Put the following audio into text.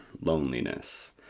loneliness